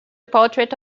portrait